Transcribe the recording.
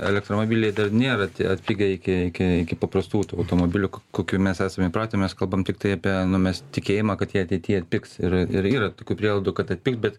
elektromobiliai dar nėra tie atpigę iki iki iki paprastų auto automobiliukų kokių mes esame įpratę mes kalbam tiktai apie nu mes tikėjimą kad jie ateityje atpigs ir ir yra tokių prielaidų kad atpigt bet